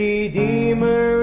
Redeemer